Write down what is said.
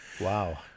Wow